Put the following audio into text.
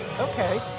okay